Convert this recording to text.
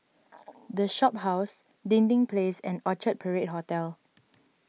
the Shophouse Dinding Place and Orchard Parade Hotel